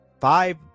Five